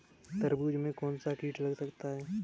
तरबूज में कौनसा कीट लगता है?